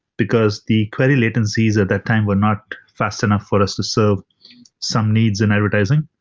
because the query latencies at that time were not fast enough for us to serve some needs in advertising.